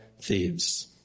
thieves